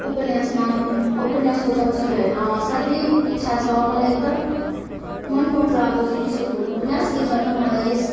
उपन्यासमा उपन्यासको चलचित्र हेर्न असाध्यै इच्छा छ मलाई एकदम मनपर्छ अब शिरीषको फुल उपन्यास त्यसर्थ मलाई यस